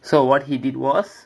so what he did was